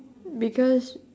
because